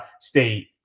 state